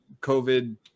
covid